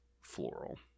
floral